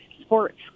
sports